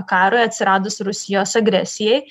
karui atsiradus rusijos agresijai